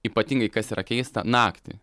ypatingai kas yra keista naktį